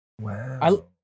Wow